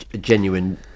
genuine